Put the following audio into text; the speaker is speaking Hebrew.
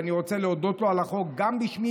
ואני רוצה להודות לו על החוק גם בשמי